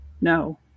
No